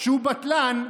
שהוא בטלן?